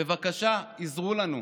בבקשה, עזרו לנו,